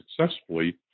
successfully